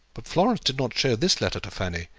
but florence did not show this letter to fanny,